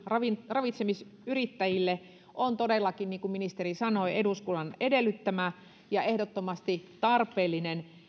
ravitsemisyrittäjille on todellakin niin kuin ministeri sanoi eduskunnan edellyttämä ja ehdottomasti tarpeellinen